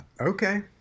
Okay